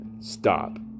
stop